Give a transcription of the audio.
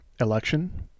election